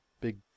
Big